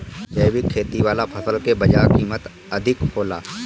जैविक खेती वाला फसल के बाजार कीमत अधिक होला